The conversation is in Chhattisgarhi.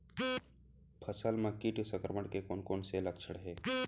फसल म किट संक्रमण के कोन कोन से लक्षण हे?